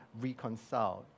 reconciled